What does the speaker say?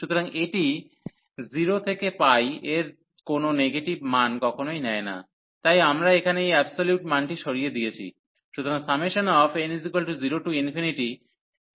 সুতরাং এটি 0 থেকে π এর কোন নেগেটিভ মান কখনই নেয় না তাই আমরা এখানে এই অ্যাবসোলিউট মানটি সরিয়ে দিয়েছি